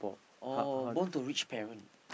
or born to rich parent